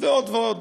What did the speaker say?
ועוד ועוד.